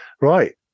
Right